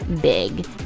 big